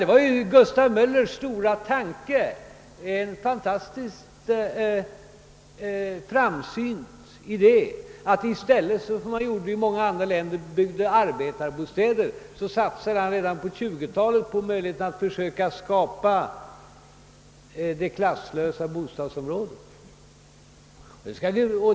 Det var Gustav Möllers stora tanke, en fantastiskt framsynt idé. I stället för att, som man gjorde i många länder, bygga arbetarbostäder, sökte han redan under 1920 talet skapa klasslösa bostadsområden.